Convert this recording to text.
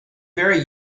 very